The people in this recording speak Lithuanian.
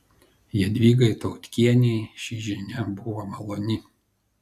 jadvygai tautkienei ši žinia buvo maloni